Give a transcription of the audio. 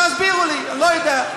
תסבירו לי, לא יודע.